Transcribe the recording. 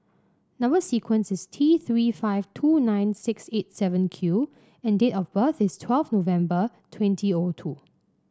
number sequence is T Three five two nine six eight seven Q and date of birth is twelfth of November twenty O two